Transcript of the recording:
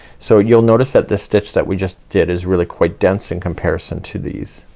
so you'll notice that this stitch that we just did is really quite dense in comparison to these.